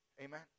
Amen